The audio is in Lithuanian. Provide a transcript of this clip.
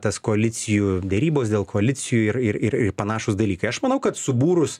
tas koalicijų derybas dėl koalicijų ir ir ir ir panašūs dalykai aš manau kad subūrus